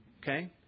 Okay